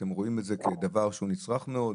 אתם רואים את זה כדבר שהוא נצרך מאוד,